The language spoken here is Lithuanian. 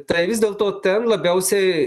tai vis dėlto ten labiausiai